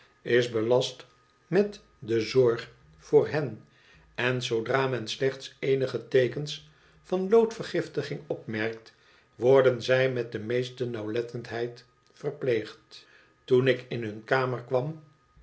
is belast met de zorg voor hen en zoodra men slechts ecnige te ekens van lood vergiftiging opmerkt worden zij met de meeste nauwlettendheid verpleegd toen ik in hun kamer kwam